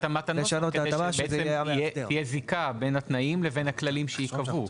כדי שתהיה זיקה בין התנאים לבין הכללים שייקבעו,